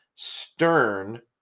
stern